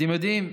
אתם יודעים,